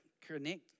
connect